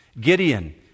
Gideon